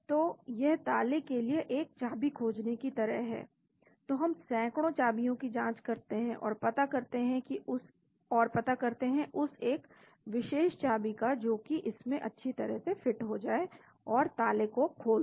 तो यह ताले के लिए एक चाबी खोजने की तरह है तो हम सैकड़ों चाबीयों की जांच करते हैं और पता करते हैं उस एक विशेष चाबी का जोकि इसमें अच्छी तरह से फिट हो जाए और ताले को खोल दे